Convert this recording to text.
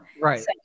Right